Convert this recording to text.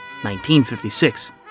1956